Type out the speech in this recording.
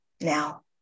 now